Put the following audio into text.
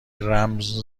رمز